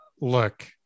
Look